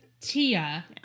Tia